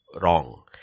wrong